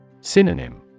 Synonym